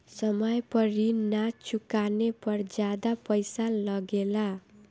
समय पर ऋण ना चुकाने पर ज्यादा पईसा लगेला?